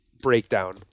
breakdown